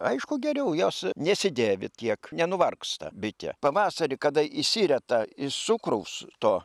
aišku geriau jos nesidėvi tiek nenuvargsta bitė pavasarį kada išsirita iš cukraus to